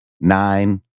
nine